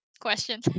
question